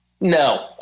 no